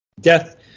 death